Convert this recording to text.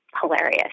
hilarious